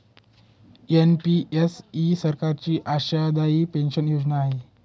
NPS ही सरकारची अंशदायी पेन्शन योजना आहे